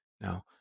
Now